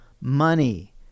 money